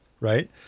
right